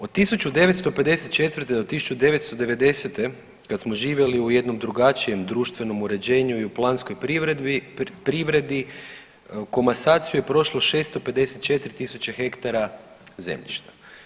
Od 1954.-1990. kad smo živjeli u jednom drugačijem društvenom uređenju i u planskoj privredi komasaciju je prošlo 654.000 hektara zemljišta.